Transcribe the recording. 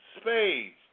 spades